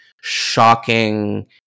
shocking